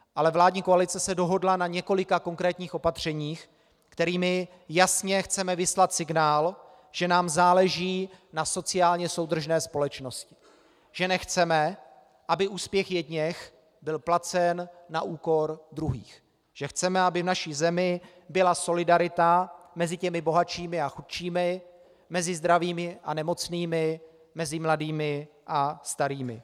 Ale vládní koalice se dohodla na několika konkrétních opatřeních, kterými chceme jasně vyslat signál, že nám záleží na sociálně soudržné společnosti, že nechceme, aby úspěch jedněch byl placen na úkor druhých, že chceme, aby v naší zemi byla solidarita mezi těmi bohatšími a chudšími, mezi zdravými a nemocnými, mezi mladými a starými.